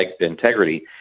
integrity